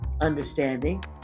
understanding